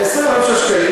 25 שקלים,